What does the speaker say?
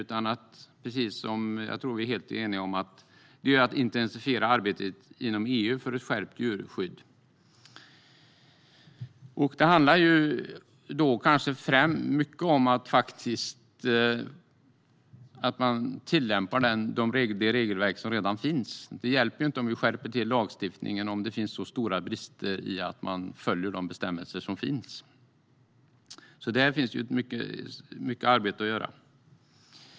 Jag tror att vi är helt eniga om att det gäller att intensifiera arbetet inom EU för ett skärpt djurskydd. Det handlar mycket om att man tillämpar det regelverk som redan finns. Det hjälper inte om vi skärper lagstiftningen om det finns stora brister i att man följer de bestämmelser som finns. Där finns det mycket arbete att göra.